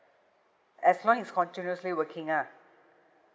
as long as he's continuously working ah